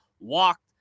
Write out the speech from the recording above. walked